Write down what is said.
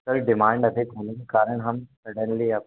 sir demand अधिक होने के कारण हम सूड़न्ली अब